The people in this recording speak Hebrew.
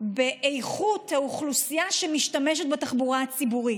באיכות האוכלוסייה שמשתמשת בתחבורה הציבורית.